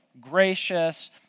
gracious